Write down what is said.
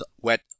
wet